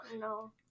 No